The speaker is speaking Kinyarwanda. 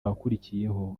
wakurikiyeho